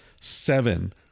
seven